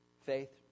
Faith